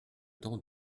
temps